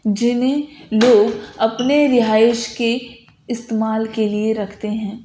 جنہیں لوگ اپنے رہائش کی استعمال کے لیے رکھتے ہیں